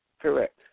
Correct